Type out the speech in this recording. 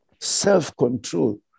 self-control